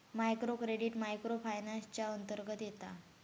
micro credit micro finance च्या अंतर्गत येता